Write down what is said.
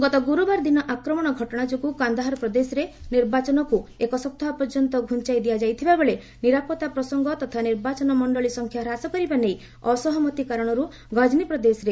ଗତ ଗୁରୁବାର ଦିନ ଆକ୍ରମଣ ଘଟଣା ଯୋଗୁଁ କାନ୍ଦାହାର ପ୍ରଦେଶରେ ନିର୍ବାଚନକୁ ଏକ ସପ୍ତାହ ପର୍ଯ୍ୟନ୍ତ ଘୁଞ୍ଚାଇ ଦିଆଯାଇଥିବା ବେଳେ ନିରାପତ୍ତା ପ୍ରସଙ୍ଗ ତଥା ନିର୍ବାଚନ ମଣ୍ଡଳୀ ସଂଖ୍ୟା ହ୍ରାସ କରିବା ନେଇ ଅସହମତି କାରଣରୁ ଘଜନୀ ପ୍ରଦେଶରେ ନିର୍ବାଚନକୁ ଘୁଞ୍ଚାଇ ଦିଆଯାଇଛି